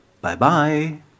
Bye-bye